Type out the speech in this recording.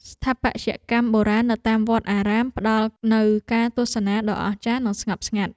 ស្ថាបត្យកម្មបុរាណនៅតាមវត្តអារាម ផ្តល់នូវការទស្សនាដ៏អស្ចារ្យ និងស្ងប់ស្ងាត់។